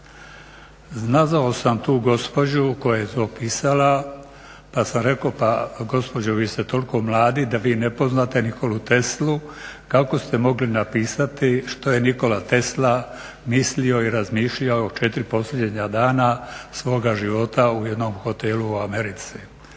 Nazvao sam tu gospođu koja je to pisala, pa sam rekao pa gospođo vi ste toliko mladi da vi ne poznate Nikolu Teslu, kako ste mogli napisati što je Nikola Tesla mislio i razmišljao četiri posljednja dana svoga života u jednom hotelu u Americi?